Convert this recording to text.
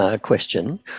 question